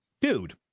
Dude